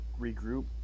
regroup